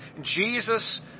Jesus